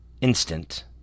instant